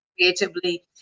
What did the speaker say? creatively